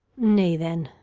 nay then